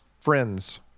friends